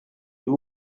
you